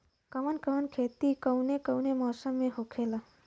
कवन कवन खेती कउने कउने मौसम में होखेला?